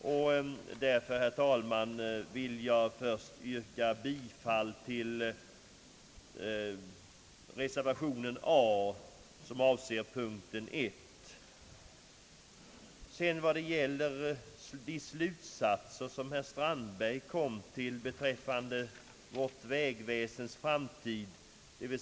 Jag ber därför, herr talman, att få yrka bifall till reservation a som avser mom. 1. Sedan drog herr Strandberg vissa slutsatser beträffande avgiftsfinansiering och lånefinansiering inom vårt vägväsen i framtiden.